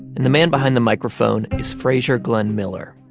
and the man behind the microphone is frazier glenn miller.